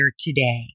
today